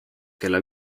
kella